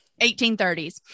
1830s